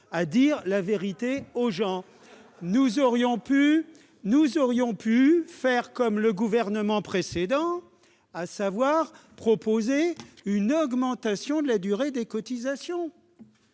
de dire la vérité aux gens. Nous aurions pu, comme le gouvernement précédent, proposer une augmentation de la durée de cotisation,